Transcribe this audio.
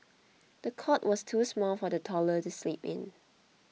the cot was too small for the toddler to sleep in